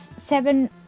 seven